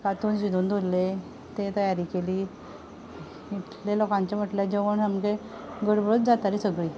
कांतून शिनून दवरलें ते तयारी केली इतलें लोकांचें म्हणल्यार जेवण सामकें गडबडूच जाताली सगळी